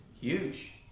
Huge